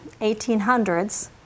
1800s